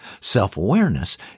Self-awareness